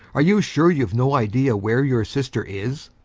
are you sure you've no idea where your sister is?